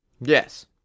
Yes